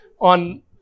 on